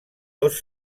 dos